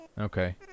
Okay